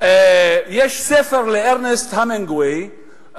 יש ספר של ארנסט המינגווי,